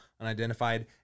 Unidentified